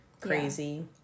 crazy